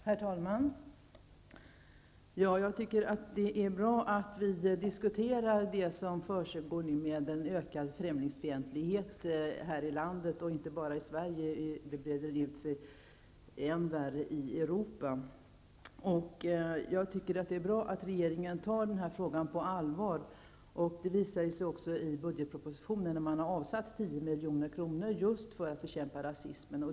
Herr talman! Det är bra att man diskuterar den ökade främlingsfientligheten och inte bara i Sverige, för främlingsfientligheten breder ut sig än värre i Europa. Det är också bra att regeringen tar den här frågan på allvar, vilket har visat sig i budgetpropositionen där man har avsatt 10 milj.kr. just för att bekämpa rasismen.